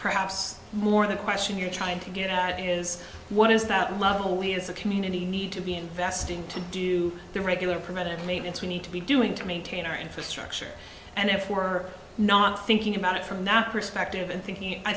perhaps more the question you're trying to get at is what is that love only as a community need to be investing to do the regular permitted maintenance we need to be doing to maintain our infrastructure and if we're not thinking about it from that perspective and thinking i